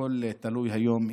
הכול תלוי היום,